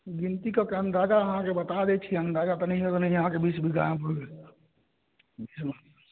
गिनती कऽ कऽ अन्दाजा हम अहाँके बता दै छी अन्दाजा नहियो तऽ नहियो अहाँके बीस बीघामे